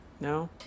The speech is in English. No